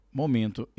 momento